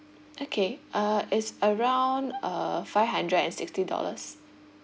okay uh is around uh five hundred and sixty dollars